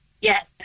Yes